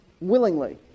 Willingly